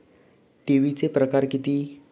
ठेवीचे प्रकार किती?